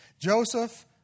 Joseph